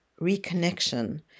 reconnection